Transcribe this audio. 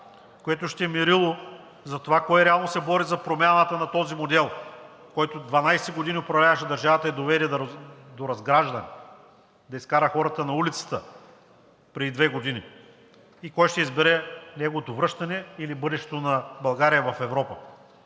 което ще е мерило за това кой реално се бори за промяната на този модел, който 12 години управляваше държавата и доведе до разграждане – да изкара хората на улицата преди две години, и кой ще избере неговото връщане или бъдещето на България в Европа.